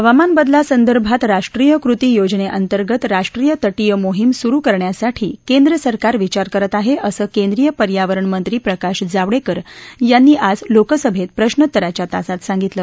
हवामान बदलासंदर्भात राष्ट्रीय कृती योजनेअंतर्गत राष्ट्रीय तर्धीय मोहीम सुरु करण्यासाठी केंद्र सरकार विचार करत आहे असं केंद्रीय पर्यावण मंत्री प्रकाश जावडेकर यांनी आज लोकसभेत प्रश्रोत्तराच्या तासात सांगितलं